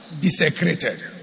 Desecrated